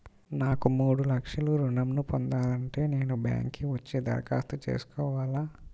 నాకు మూడు లక్షలు ఋణం ను పొందాలంటే నేను బ్యాంక్కి వచ్చి దరఖాస్తు చేసుకోవాలా?